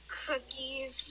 cookies